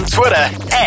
Twitter